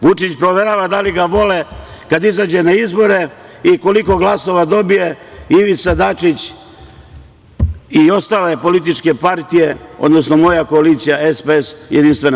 Vučić proverava da li ga vole kad izađe na izbore i koliko glasova dobije Ivica Dačić i ostale političke partije, odnosno moja koalicija SPS i JS.